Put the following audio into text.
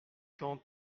quand